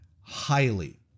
highly